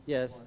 Yes